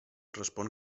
respon